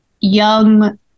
young